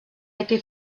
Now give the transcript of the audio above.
été